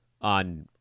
on